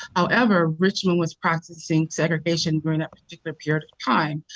however, richmond was practicing segregation during that particular period of time,